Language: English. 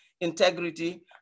integrity